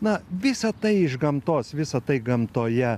na visa tai iš gamtos visa tai gamtoje